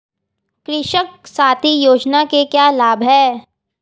कृषक साथी योजना के क्या लाभ हैं?